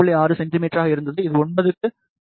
6 சென்டிமீட்டராக இருந்தது இது 9 க்கு 11